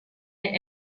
est